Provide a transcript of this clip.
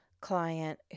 client